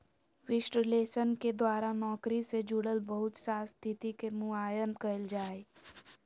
विश्लेषण के द्वारा नौकरी से जुड़ल बहुत सा स्थिति के मुआयना कइल जा हइ